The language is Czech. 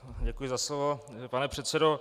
Děkuji za slovo, pane předsedo.